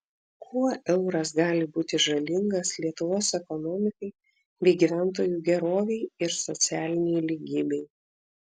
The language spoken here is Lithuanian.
kuo euras gali būti žalingas lietuvos ekonomikai bei gyventojų gerovei ir socialinei lygybei